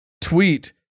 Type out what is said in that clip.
tweet